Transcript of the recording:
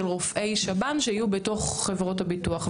רופאי שב"ן שיהיו בתוך חברות הביטוח.